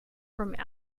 from